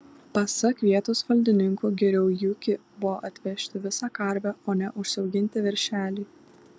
pasak vietos valdininkų geriau į ūkį buvo atvežti visą karvę o ne užsiauginti veršelį